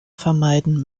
vermeiden